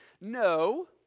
No